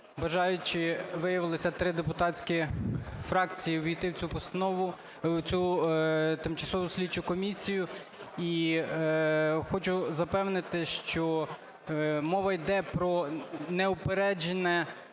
Бажаючі виявилися 3 депутатські фракції ввійти в цю тимчасову слідчу комісію. І хочу запевнити, що мова йде про неупереджене